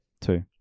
Two